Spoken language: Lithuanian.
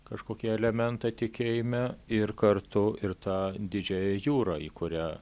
kažkokį elementą tikėjime ir kartu ir tą didžiąją jūrą į kurią